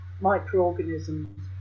microorganisms